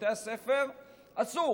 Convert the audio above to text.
בבתי הספר, אסור,